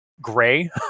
Gray